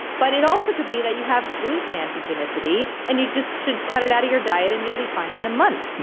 but it also could be that you have gluten antigenicity and you just should cut it out of your diet and you'll be fine in a month.